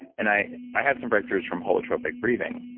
and i i had some breakthroughs from holotropic breathing,